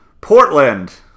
Portland